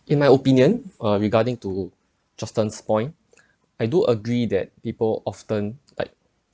in my opinion uh regarding to justin's point I do agree that people often like